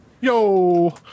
Yo